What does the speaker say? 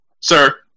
sir